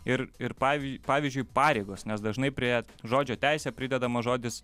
ir ir pavy pavyzdžiui pareigos nes dažnai prie žodžio teisė pridedamas žodis